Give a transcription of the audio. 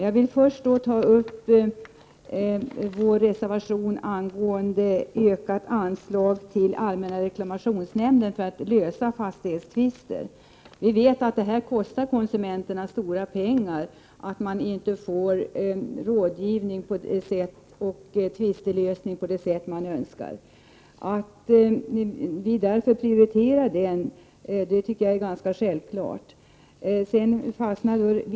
Jag vill först ta upp vår reservation angående ökat anslag till allmänna reklamationsnämnden för att lösa fastighetsmäklartvister. Vi vet att det kostar konsumenterna stora pengar att inte få rådgivning på det sätt man önskar så att tvisten kan lösas. Jag tycker därför att det är ganska självklart att vi prioriterar detta.